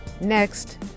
Next